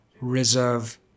Reserve